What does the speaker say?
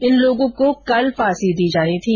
इन लोगों को कल फांसी दी जानी थी